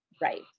Right